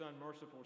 unmerciful